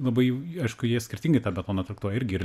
labai aišku jie skirtingai tą betoną traktuoja irgi ir